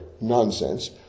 nonsense